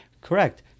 Correct